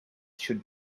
should